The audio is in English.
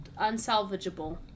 unsalvageable